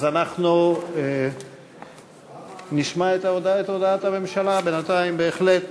אז אנחנו נשמע את הודעת הממשלה בינתיים, בהחלט.